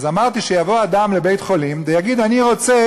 אז אמרתי שיבוא אדם לבית-חולים ויגיד: אני רוצה